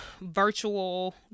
virtual